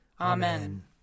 Amen